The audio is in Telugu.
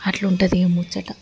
అట్లుంటది ముచ్చట